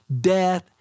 Death